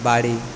বাড়ি